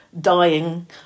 dying